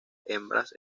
hembras